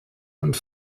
und